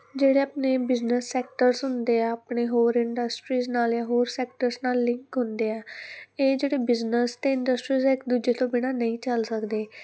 ਜਿਹੜੇ ਆਪਣੇ business sectors ਹੁੰਦੇ ਆ ਆਪਣੇ ਹੋਰ ਇੰਡਸਟਰੀਸ ਨਾਲ ਜਾਂ ਹੋਰ ਸੈਕਟਰਸ ਨਾਲ ਲਿੰਕ ਹੁੰਦੇ ਆ ਇਹ ਜਿਹੜੇ ਬਿਜਨਸ ਅਤੇ ਇੰਡਸਟਰੀਜ ਇੱਕ ਦੂਜੇ ਤੋਂ ਬਿਨਾ ਨਹੀਂ ਚੱਲ ਸਕਦੇ